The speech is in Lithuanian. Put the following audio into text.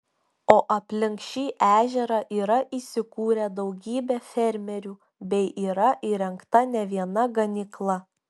o alpink šį ežerą yra įsikūrę daugybę fermerių bei yra įrengta ne viena ganykla